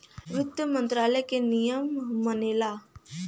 वित्त मंत्रालय के नियम मनला